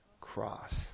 cross